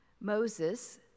Moses